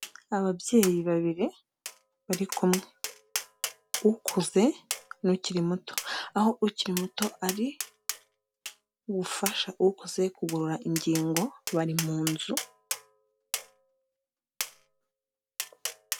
Ababyeyi babiri bari kumwe ukuze n'ukiri muto, aho ukiri muto ari gufasha ukoze kugorora ingingo bari mu nzu.